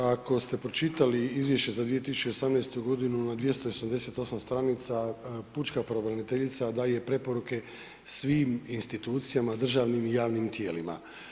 Ako ste pročitali izvješće za 2018. g. na 288 stranica pučka pravobraniteljica daje preporuke svim institucijama, državnim i javnih tijelima.